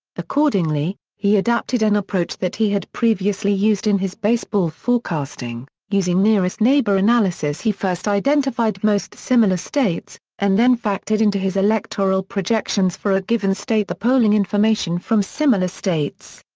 accordingly, he adapted an approach that he had previously used in his baseball forecasting using nearest neighbor analysis he first identified most similar states and then factored into his electoral projections for a given state the polling information from similar states.